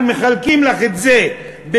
מחלקים לך את זה ב-193,000,